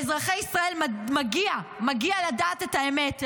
לאזרחי ישראל מגיע לדעת את האמת.